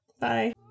Bye